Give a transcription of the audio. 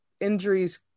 injuries